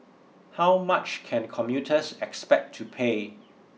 how much can commuters expect to pay